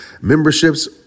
memberships